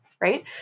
right